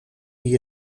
die